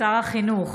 שר החינוך